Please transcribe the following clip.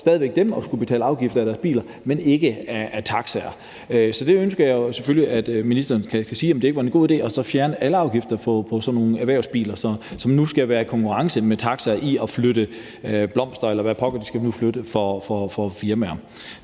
pålægger dem at skulle betale afgifter på deres biler, mens man ikke skal det på taxaer. Så jeg ønsker selvfølgelig, at ministeren kan svare på, om det så ikke var en god idé at fjerne alle afgifter på sådan nogle erhvervsbiler, som nu skal være i konkurrence med taxaer med hensyn til at flytte blomster, eller hvad pokker de nu skal flytte for firmaer.